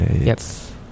Yes